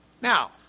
Now